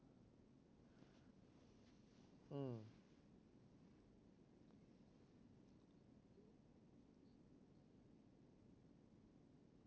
mm